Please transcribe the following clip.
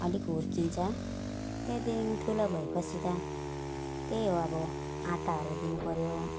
अलिक हुर्कन्छ त्यहाँदेखि ठुलो भए पछि त त्यो हो अब आँटाहरू दिनु पर्यो